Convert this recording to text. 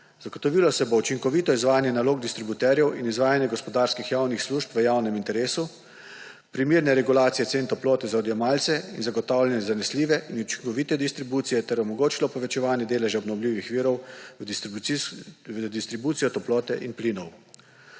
Zagotovilo se bo učinkovito izvajanje nalog distributerjev in izvajanje gospodarskih javnih služb v javnem interesu, primerne regulacije cen toplote za odjemalce in zagotavljanje zanesljive in učinkovite distribucije ter omogočilo povečevanje deleža obnovljivih virov v distribucijo toplote in plinov.